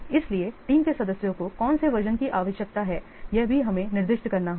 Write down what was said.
इसलिए टीम के सदस्यों को कौन से वर्जन की आवश्यकता है यह भी हमें निर्दिष्ट करना होगा